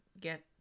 get